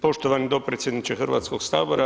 Poštovani dopredsjedniče Hrvatskog sabora.